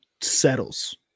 settles